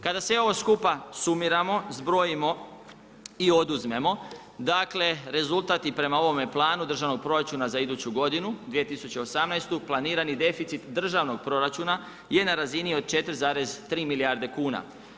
Kada ovo sve skupa sumiramo, zbrojimo i oduzmemo, dakle rezultat i prema ovome Planu Državnog proračuna za iduću godinu 2018. planirani deficit državnog proračuna je na razini od 4,3 milijarde kuna.